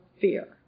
fear